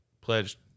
pledged